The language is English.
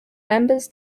members